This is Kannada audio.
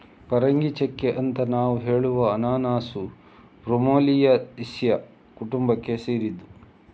ಪರಂಗಿಚೆಕ್ಕೆ ಅಂತ ನಾವು ಹೇಳುವ ಅನನಾಸು ಬ್ರೋಮೆಲಿಯೇಸಿಯ ಕುಟುಂಬಕ್ಕೆ ಸೇರಿದ್ದು